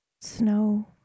snow